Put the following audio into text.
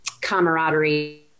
camaraderie